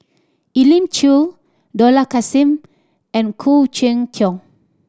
Elim Chew Dollah Kassim and Khoo Cheng Tiong